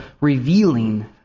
revealing